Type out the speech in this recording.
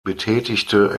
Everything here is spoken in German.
betätigte